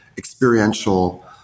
experiential